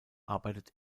arbeitet